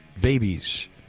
babies